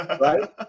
Right